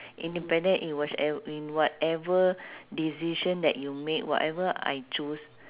independent in whiche~ in whatever decision that you make whatever I choose